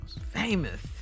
Famous